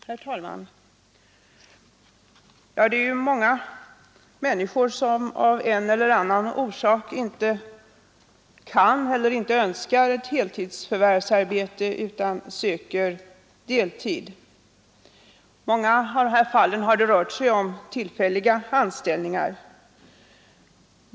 Herr talman! Det finns många människor som av en eller annan orsak varken kan eller önskar ha ett heltidsarbete utan söker få deltid. I många av fallen har det rört sig om tillfälliga anställningar.